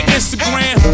Instagram